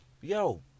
Yo